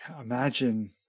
Imagine